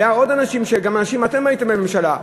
היו עוד אנשים, גם אתם הייתם בממשלה.